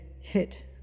hit